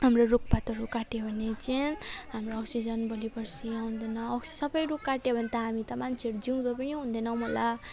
हाम्रो रुखपातहरू काट्यो भने चाहिँ हाम्रो ओक्सिजन भोलि पर्सि आउँदैन ओक्सि सबै रुख काट्यो भने त हामी त मान्छेहरू जिउँदो पनि हुँदैनौँ होला